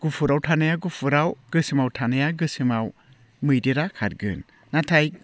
गुफुराव थानाया गुफुराव गोसोमाव थानाया गोसोमाव मैदेरा खारगोन नाथाय